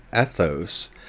ethos